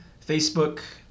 Facebook